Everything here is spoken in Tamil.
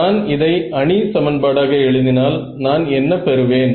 நான் இதை அணி சமன்பாடாக எழுதினால் நான் என்ன பெறுவேன்